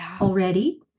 already